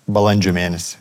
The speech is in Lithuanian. balandžio mėnesį